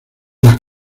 las